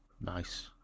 Nice